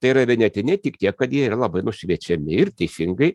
tai yra vienetiniai tik tiek kad jie yra labai nušviečiami ir teisingai